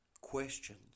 questions